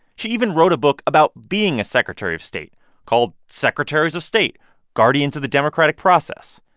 she even wrote a book about being a secretary of state called secretaries of state guardians of the democratic process.